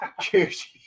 Cheers